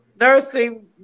nursing